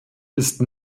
ist